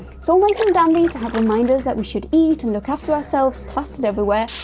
so all nice and dandy to have reminders that we should eat and look after ourselves plastered everywhere,